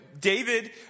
David